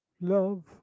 Love